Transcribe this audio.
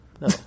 No